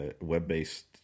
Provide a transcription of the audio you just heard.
web-based